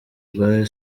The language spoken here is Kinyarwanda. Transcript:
bwa